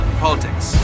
politics